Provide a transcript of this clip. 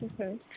Okay